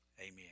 Amen